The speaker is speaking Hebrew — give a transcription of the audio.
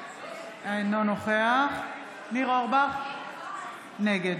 אינו נוכח ניר אורבך, נגד